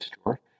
store